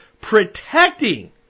protecting